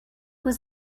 was